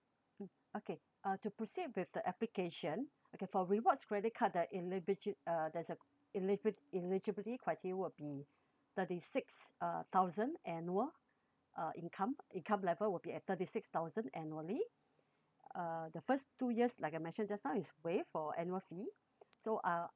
okay uh to proceed with the application okay for rewards credit card the elgibit~ uh there's a eligi~ eligibility criteria will be thirty six uh thousand annual uh income income level will be at thirty six thousand annually uh the first two years like I mentioned just now is waived for annual fee so uh